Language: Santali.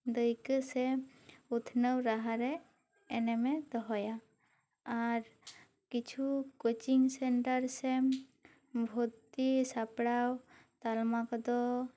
ᱫᱟᱹᱭᱠᱟᱹ ᱥᱮ ᱩᱛᱱᱟᱹᱣ ᱞᱟᱦᱟ ᱨᱮ ᱮᱱᱮᱢ ᱮ ᱫᱚᱦᱚᱭᱟ ᱟᱨ ᱠᱤᱪᱷᱩ ᱠᱚᱪᱤᱝ ᱥᱮᱱᱴᱟᱨ ᱥᱮ ᱵᱷᱩᱨᱛᱤ ᱥᱟᱯᱲᱟᱣ ᱛᱟᱞᱢᱟ ᱠᱚᱫᱚ